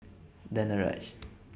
Danaraj